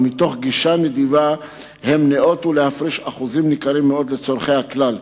ומתוך גישה נדיבה הם ניאותו להפריש אחוזים ניכרים מאוד לצורכי הכלל.